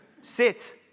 sit